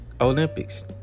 Olympics